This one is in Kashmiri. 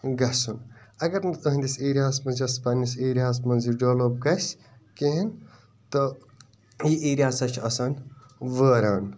گَژھُن اگر نہٕ تُہٕنٛدِس ایریاہَس مَنٛز یا پَنہٕ نِس ایریاہَس مَنٛز یہِ ڈیٚولپ گَژھِ کِہیٖنٛۍ تہٕ یہِ ایریا ہَسا چھُ آسان وٲران